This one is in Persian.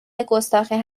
گستاخی